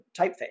typeface